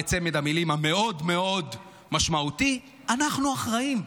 את צמד המילים המאוד-מאוד משמעותי: אנחנו אחראים.